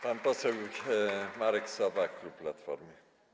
Pan poseł Marek Sowa, klub Platformy.